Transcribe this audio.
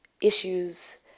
issues